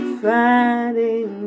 finding